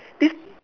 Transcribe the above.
this